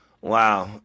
Wow